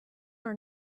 are